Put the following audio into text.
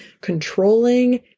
controlling